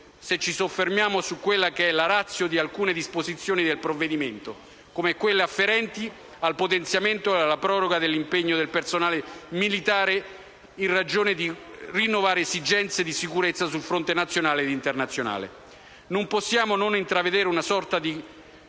se ci soffermiamo sulla *ratio* di alcune disposizioni del provvedimento; mi riferisco a quelle afferenti al potenziamento e alla proroga dell'impiego del personale militare in ragione di rinnovate esigenze di sicurezza sul fronte nazionale ed internazionale. Non possiamo non intravedere una sorta di